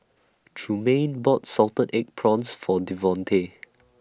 Trumaine bought Salted Egg Prawns For Devontae